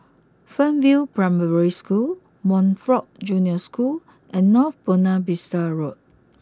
Fernvale Primary School Montfort Junior School and North Buona Vista Road